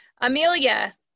Amelia